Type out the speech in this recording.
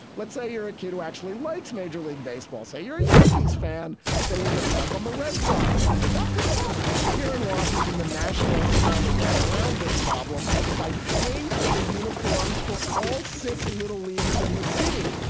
let's say you're a kid who actually likes major league baseball, say you're a yankees fan, so you get stuck on the red sox. that would suck. here in washington, the nationals have found a way around this problem by paying for the uniforms for all six little leagues in the city.